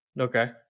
okay